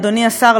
אדוני השר,